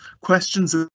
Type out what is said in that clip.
questions